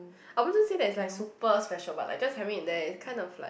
I wouldn't say that it's like super special but like just having it there is kind of like